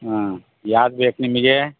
ಹಾಂ ಯಾವ್ದ್ ಬೇಕು ನಿನಗೆ